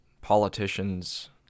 politicians